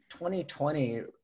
2020